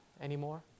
anymore